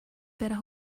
better